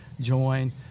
join